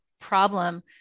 problem